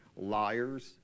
liars